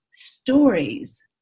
stories